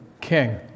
king